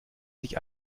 sich